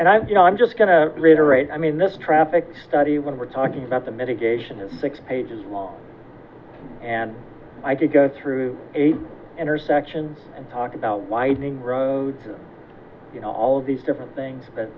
and i'm you know i'm just going to reiterate i mean this traffic study when we're talking about the mitigation is six pages long and i could go through eight intersections and talk about widening roads all of these different things